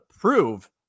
prove